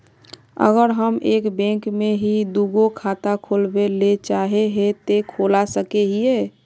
अगर हम एक बैंक में ही दुगो खाता खोलबे ले चाहे है ते खोला सके हिये?